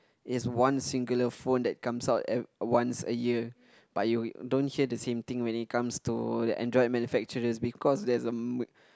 it's one singular phone that comes out every once a year but you don't hear the same thing when it comes to the Android manufacturers because there's a m~